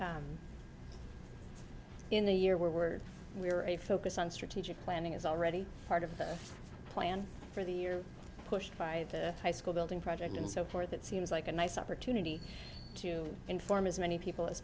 in the year we're we're a focus on strategic planning is already part of the plan for the year pushed by the high school building project and so forth it seems like a nice opportunity to inform as many people as